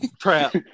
Trap